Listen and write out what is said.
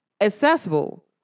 accessible